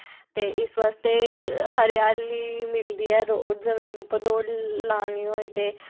ते इस बास्तै हरियाली मिलदी ऐ रोड़ जमीन उप्पर दौड़ लानी होए ते